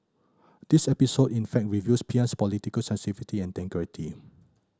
this episode in fact reveals P M's political sensitivity and integrity